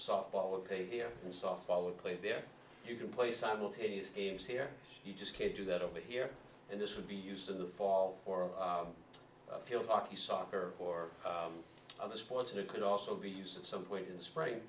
softball or a softball or play there you can play simultaneous games here you just can't do that over here and this would be used in the fall for field hockey soccer or other sports and it could also be used at some point in the spring